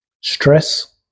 stress